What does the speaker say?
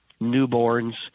newborns